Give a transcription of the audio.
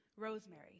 Rosemary